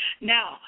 Now